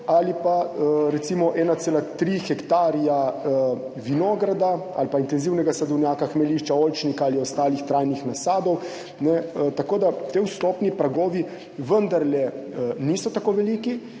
ali pa recimo 1,3 hektarji vinograda ali pa intenzivnega sadovnjaka, hmeljišča, oljčnika ali ostalih trajnih nasadov. Ti vstopni pragovi vendarle niso tako veliki.